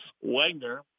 Wagner